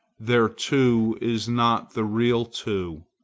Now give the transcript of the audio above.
their two is not the real two,